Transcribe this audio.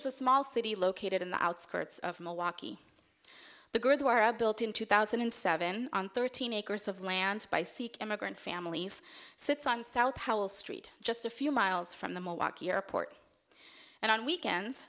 is a small city located in the outskirts of milwaukee the gurdwara built in two thousand and seven on thirteen acres of land by sikh immigrant families sits on south howell street just a few miles from the malaki airport and on weekends